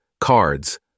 cards